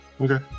Okay